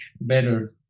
better